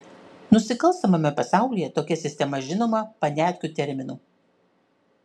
nusikalstamame pasaulyje tokia sistema žinoma paniatkių terminu